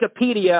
Wikipedia